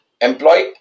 employ